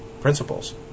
principles